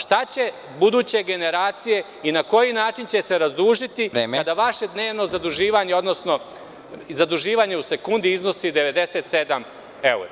Šta će buduće generacije i na koji način će se razdužiti kada vaše dnevno zaduživanje, odnosno zaduživanje u sekundi iznosi 97 evra.